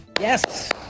Yes